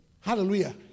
Hallelujah